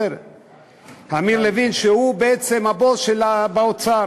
אמיר לוי שהוא הבוס באוצר.